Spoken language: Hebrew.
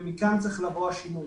ומכאן צריך לבוא השינוי.